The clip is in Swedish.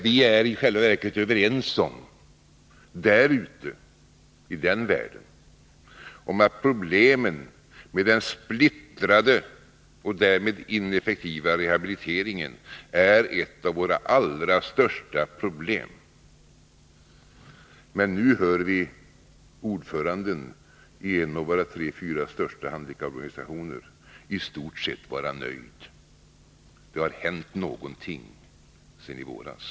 De som finns där ute, i den världen, är i själva verket överens om att problemet med den splittrade och därmed ineffektiva rehabiliteringen är ett av våra allra största problem. Men nu hör vi ordföranden i en av våra tre eller fyra största handikapporganisationer förklara sig vara i stort sett nöjd. Det har hänt någonting sedan i våras.